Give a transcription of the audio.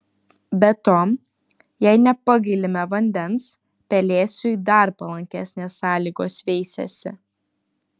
be to jei nepagailime vandens pelėsiui dar palankesnės sąlygos veisiasi